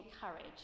courage